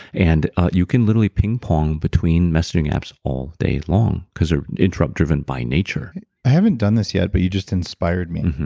and you can literally ping pong between messaging apps all day long because they're interrupt driven by nature i haven't done this yet, but you just inspired me.